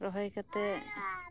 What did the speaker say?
ᱸᱨᱚᱦᱚᱭ ᱠᱟᱛᱮᱫ